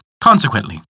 Consequently